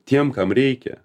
tiem kam reikia